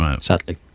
sadly